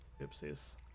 Oopsies